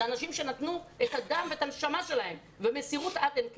אלה אנשים שנתנו את הדם ואת הנשמה שלהם במסירות עד אין קץ.